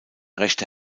rechte